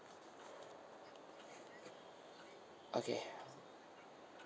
okay